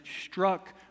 struck